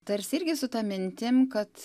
tarsi irgi su ta mintim kad